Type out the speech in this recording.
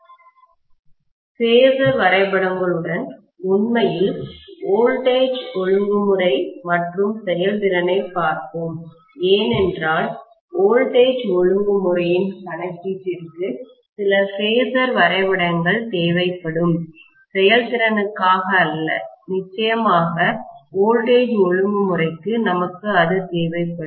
phasor வரைபடங்களுடன் உண்மையில் வோல்டேஜ்மின்னழுத்த ஒழுங்குமுறை மற்றும் செயல்திறனைப் பார்ப்போம் ஏனென்றால் வோல்டேஜ்மின்னழுத்த ஒழுங்குமுறையின் கணக்கீட்டிற்கு சில பேஸர் வரைபடங்கள் தேவைப்படும் செயல்திறனுக்காக அல்ல நிச்சயமாக வோல்டேஜ்மின்னழுத்த ஒழுங்குமுறைக்கு நமக்கு அது தேவைப்படும்